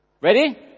Ready